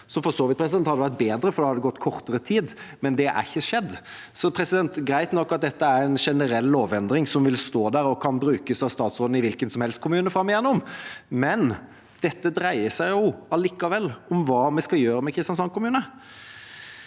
for så vidt hadde vært bedre, for da hadde det gått kortere tid – men det er ikke skjedd. Det er greit nok at dette er en generell lovendring som vil stå der og kan brukes av statsråden i hvilken som helst kommune framover, men dette dreier seg allikevel om hva vi skal gjøre med Kristiansand kommune.